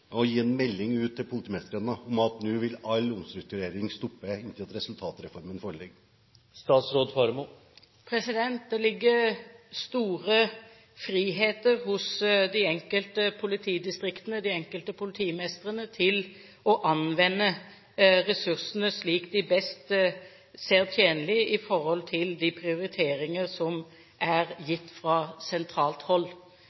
å gi en melding ut til politimestrene om at nå vil all omstrukturering stoppe inntil resultatreformen foreligger? Det ligger stor frihet hos de enkelte politidistriktene, de enkelte politimestrene, til å anvende ressursene slik de ser det best tjenlig i forhold til de prioriteringer som er gitt fra sentralt hold.